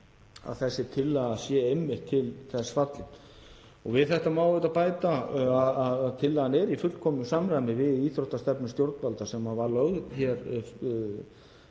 að þessi tillaga sé einmitt til þess fallin. Við þetta má bæta að tillagan er í fullkomnu samræmi við íþróttastefnu stjórnvalda sem var lögð